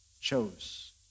chose